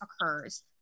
occurs